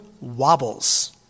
wobbles